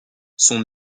son